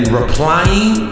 replying